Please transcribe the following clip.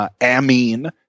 amine